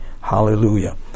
Hallelujah